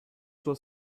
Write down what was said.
sua